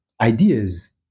ideas